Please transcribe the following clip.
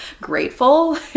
grateful